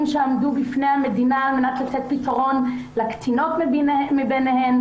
שעמדו בפני המדינה על-מנת לתת פתרון לקטינות מביניהן.